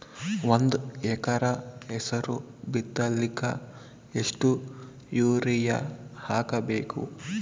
ಒಂದ್ ಎಕರ ಹೆಸರು ಬಿತ್ತಲಿಕ ಎಷ್ಟು ಯೂರಿಯ ಹಾಕಬೇಕು?